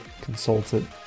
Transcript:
consultant